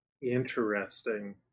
Interesting